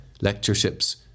lectureships